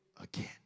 again